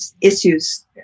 issues